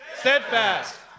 Steadfast